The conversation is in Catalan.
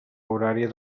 horària